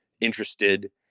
interested